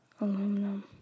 Aluminum